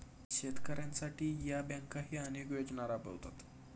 शेतकऱ्यांसाठी या बँकाही अनेक योजना राबवतात